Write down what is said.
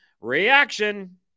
Reaction